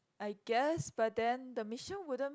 I guess but then the mission wouldn't